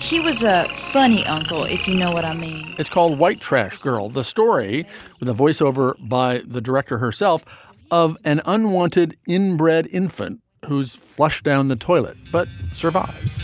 she was a funny uncle, if you know what i mean it's called white trash girl. the story with a voiceover by the director herself of an unwanted inbred infant who's flushed down the toilet but survives